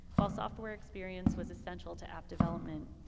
while software experience was essential to app development,